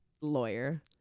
lawyer